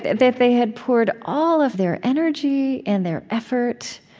that they had poured all of their energy, and their effort,